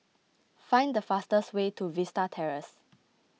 find the fastest way to Vista Terrace